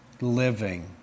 living